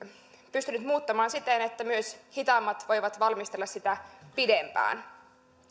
pystynyt muuttamaan siten että myös hitaammat voivat valmistella sitä pidempään